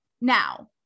now